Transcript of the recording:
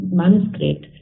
manuscript